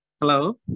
Hello